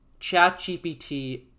ChatGPT